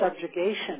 subjugation